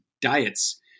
diets